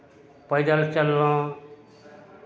पैदल चललहुँ